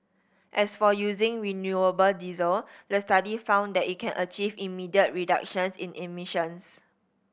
as for using renewable diesel the study found that it can achieve immediate reductions in emissions